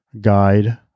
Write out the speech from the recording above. guide